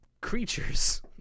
creatures